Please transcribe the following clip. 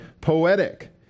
poetic